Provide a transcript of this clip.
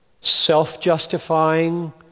self-justifying